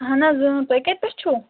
اہن حظ تُہۍ کَتہِ پٮ۪ٹھ چھُو